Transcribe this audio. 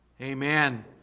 amen